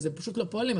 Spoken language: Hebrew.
אז פשוט לא פועלים.